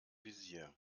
visier